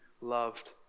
loved